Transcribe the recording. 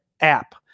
app